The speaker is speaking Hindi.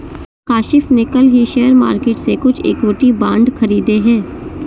काशिफ़ ने कल ही शेयर मार्केट से कुछ इक्विटी बांड खरीदे है